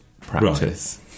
practice